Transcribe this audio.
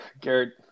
Garrett